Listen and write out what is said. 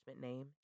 name